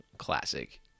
classic